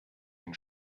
den